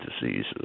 diseases